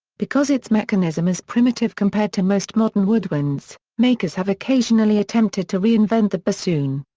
because its mechanism is primitive compared to most modern woodwinds, makers have occasionally attempted to reinvent the bassoon.